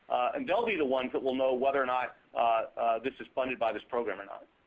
and they'll be the ones that will know whether or not this is funded by this program or not.